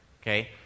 okay